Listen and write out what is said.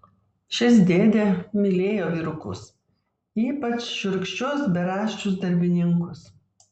šis dėdė mylėjo vyrukus ypač šiurkščius beraščius darbininkus